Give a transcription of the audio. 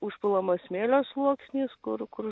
užpilamas smėlio sluoksnis kur kur